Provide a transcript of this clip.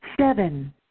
seven